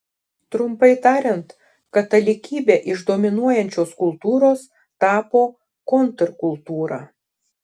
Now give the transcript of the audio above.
trumpai tariant katalikybė iš dominuojančios kultūros tapo kontrkultūra